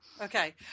Okay